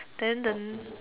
then the